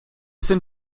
sind